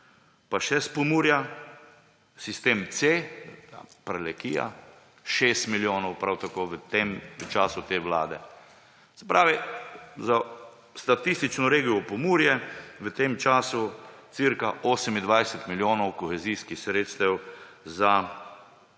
Pa še s Pomurja, sistem C, Prlekija, 6 milijonov prav tako v času te vlade. Se pravi, za statistično regijo Pomurje v tem času cirka 28 milijonov kohezijskih sredstev za